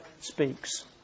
speaks